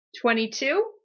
twenty-two